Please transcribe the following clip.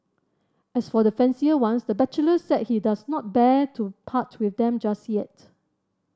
as for the fancier ones the bachelor said he does not bear to part with them just yet